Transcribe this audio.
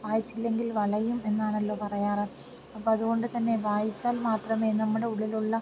വായിച്ചില്ലെങ്കിൽ വളയും എന്നാണല്ലോ പറയാറുള്ളത് അപ്പം അതുകൊണ്ട് തന്നെ വായിച്ചാൽ മാത്രമേ നമ്മുടെ ഉള്ളിലുള്ള